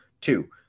Two